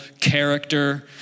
character